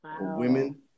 Women